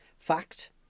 fact